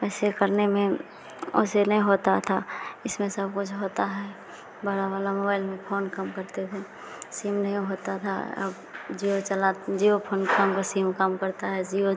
ऐसे करने में वैसे नहीं होता था इसमें सब कुछ होता है बड़ा वाला मोबाइल में फोन कम करते थे सिम नहीं होता था अब जिओ चला जिओ फ़ोन काम का सिम काम करता है ज़िओ